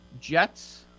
Jets